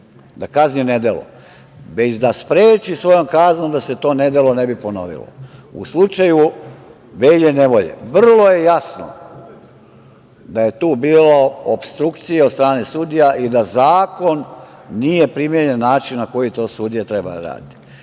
da kazni ne delo, već da spreči svojom kaznom da se to nedelo ne bi ponovilo. U slučaju Velje nevolje, vrlo je jasno da je tu bilo opstrukcije od strane sudija i da zakon nije primenjen na način na koji to sudija treba da